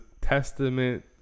testament –